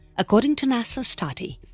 according to nasa study,